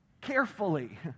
Carefully